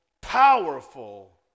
powerful